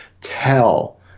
tell